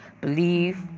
believe